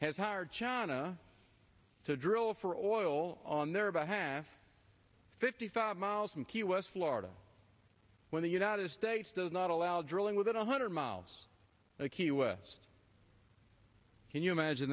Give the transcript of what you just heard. has hired china to drill for oil on their behalf fifty five miles from key west florida when the united states does not allow drilling within one hundred miles of key west can you imagine